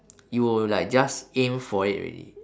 you will like just aim for it already